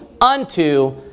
unto